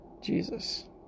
Jesus